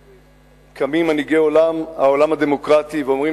קמים מנהיגי העולם הדמוקרטי ואומרים